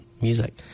music